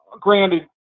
granted